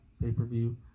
pay-per-view